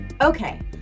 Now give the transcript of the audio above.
Okay